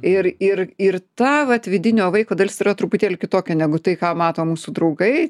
ir ir ir tą vat vidinio vaiko dalis yra truputėlį kitokia negu tai ką mato mūsų draugai